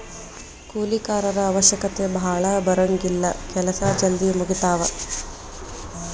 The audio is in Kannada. ಕೂಲಿ ಕಾರರ ಅವಶ್ಯಕತೆ ಭಾಳ ಬರುಂಗಿಲ್ಲಾ ಕೆಲಸಾ ಜಲ್ದಿ ಮುಗಿತಾವ